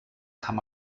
kann